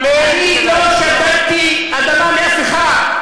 אני לא שדדתי אדמה מאף אחד.